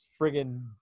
friggin